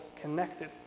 connected